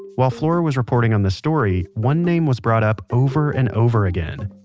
while flora was reporting on this story, one name was brought up over and over again.